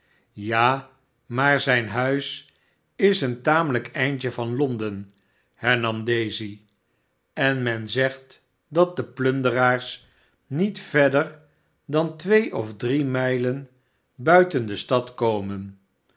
ja maar zijn huis is een tamelijk eindje van londen hernam daisy en men zegt dat de plunderaars niet verder dan twee of drie mijlen bmten de stad komen